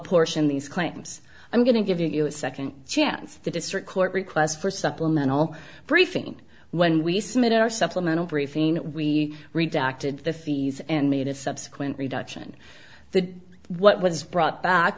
portion these claims i'm going to give you a second chance the district court requests for supplemental briefing when we submit our supplemental briefing we redacted the fees and made a subsequent reduction the what was brought back